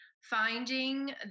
finding